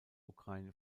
ukraine